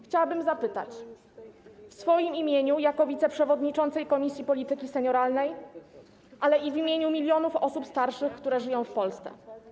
Chciałabym zapytać w swoim imieniu jako wiceprzewodnicząca Komisji Polityki Senioralnej, ale i w imieniu milionów osób starszych, które żyją w Polsce.